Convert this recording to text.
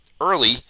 early